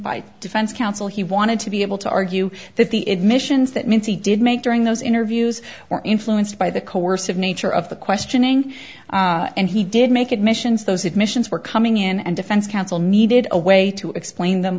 by defense counsel he wanted to be able to argue that the admissions that means he did make during those interviews were influenced by the coercive nature of the questioning and he did make admissions those admissions were coming in and defense counsel needed a way to explain them